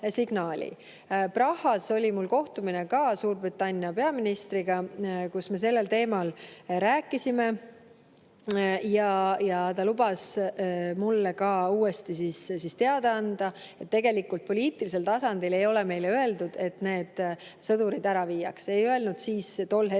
Prahas oli mul kohtumine ka Suurbritannia peaministriga, kus me sellel teemal rääkisime. Ja ta lubas mulle uuesti teada anda. Tegelikult poliitilisel tasandil ei ole meile öeldud, et need sõdurid ära viiakse. Ei öelnud tol hetkel